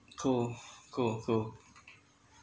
cool cool cool